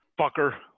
fucker